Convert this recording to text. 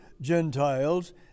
Gentiles